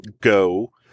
go